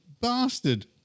bastard